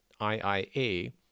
IIA